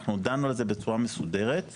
אנחנו דנו על זה בצורה מסודרת,